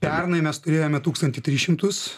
pernai mes turėjome tūkstantį tris šimtus